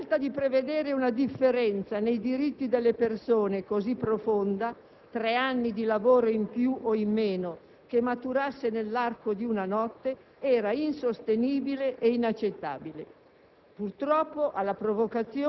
La scelta di prevedere una differenza nei diritti delle persone così profonda, tre anni di lavoro in più o in meno, che maturasse nell'arco di una notte, era insostenibile e inaccettabile.